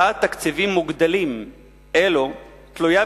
כפי שנראה, עלולה דווקא להביא